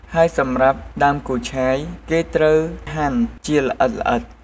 ហើយសម្រាប់ដើមគូឆាយ គេត្រូវហាន់វាល្អិតៗ។